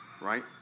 right